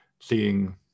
seeing